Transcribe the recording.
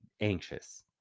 anxious